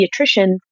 pediatrician